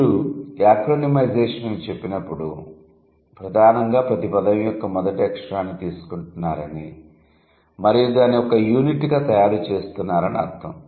మీరు యాక్రోనిమైజేషన్ అని చెప్పినప్పుడు మీరు ప్రధానంగా ప్రతి పదం యొక్క మొదటి అక్షరాన్ని తీసుకుంటున్నారని మరియు దానిని ఒక యూనిట్గా తయారు చేస్తున్నారని అర్థం